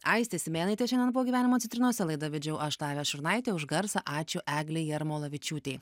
aistė simėnaitė šiandien buvo gyvenimo citrinose laidą vedžiau aš lavija šurnaitė už garsą ačiū eglei jarmolavičiūtei